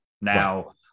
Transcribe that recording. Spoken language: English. Now